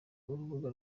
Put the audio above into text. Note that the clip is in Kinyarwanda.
urubuga